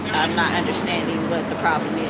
i'm not understanding what the problem is